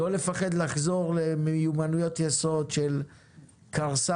לא לפחד לחזור למיומנויות יסוד של כרסם,